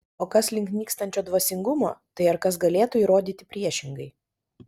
o kas link nykstančio dvasingumo tai ar kas galėtų įrodyti priešingai